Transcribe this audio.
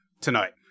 tonight